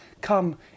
come